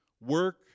work